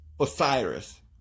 Osiris